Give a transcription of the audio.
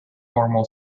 normal